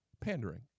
Pandering